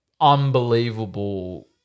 unbelievable